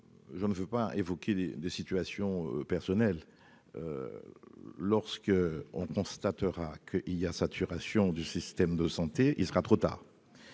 je ne veux pas évoquer des des situations personnelles lorsque on constatera que il y a saturation du système de santé, il sera trop tard.